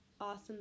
awesome